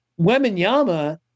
Weminyama